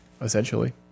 essentially